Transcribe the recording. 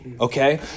Okay